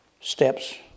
steps